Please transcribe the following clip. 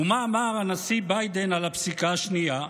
ומה אמר הנשיא ביידן על הפסיקה השנייה?